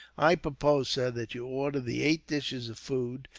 i propose, sir, that you order the eight dishes of food,